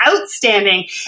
outstanding